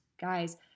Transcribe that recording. Guys